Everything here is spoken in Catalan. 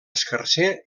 escarser